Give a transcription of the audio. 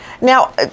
Now